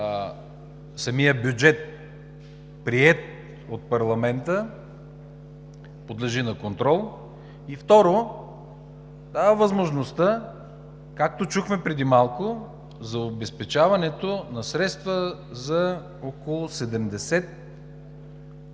самият бюджет, приет от парламента, подлежи на контрол, и, второ, дава възможността, както чухме преди малко, за обезпечаването на средства за около 70